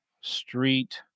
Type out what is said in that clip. street